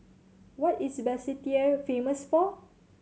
what is Basseterre famous for